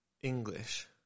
English